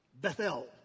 Bethel